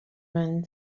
man